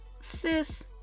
sis